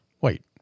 Wait